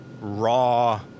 raw